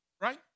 right